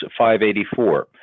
584